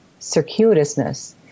circuitousness